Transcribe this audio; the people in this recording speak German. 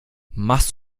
machst